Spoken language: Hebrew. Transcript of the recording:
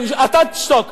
אתה תשתוק,